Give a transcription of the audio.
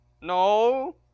No